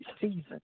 season